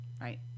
Right